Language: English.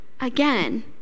again